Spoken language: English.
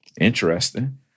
Interesting